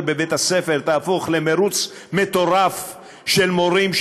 בבית-הספר תהפוך למרוץ מטורף של מורים,